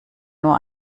nur